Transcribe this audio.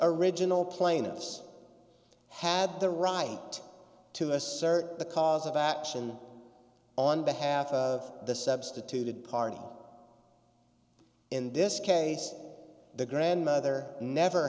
original plaintiffs had the right to assert the cause of action on behalf of the substituted party in this case the grandmother never